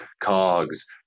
cogs